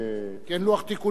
אני אצביע עליו גם.